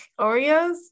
Oreos